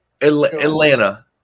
Atlanta